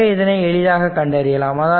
எனவே இதனை எளிதாக கண்டறியலாம்